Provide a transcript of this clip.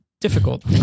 Difficult